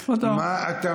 ועדה.